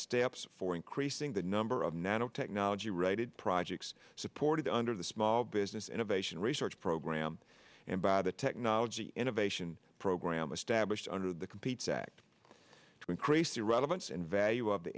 steps for increasing the number of nanotechnology rated projects supported under the small business innovation research program and by the technology innovation program established under the competes act to increase the relevance and